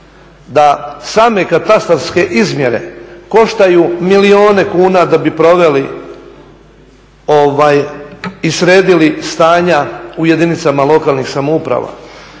da same katastarske izmjere koštaju milijune kuna da bi proveli i sredili stanja u jedinicama lokalnih samouprava.